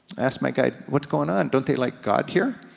asked my guide, what's goin' on, don't they like god here?